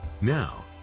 Now